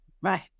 Right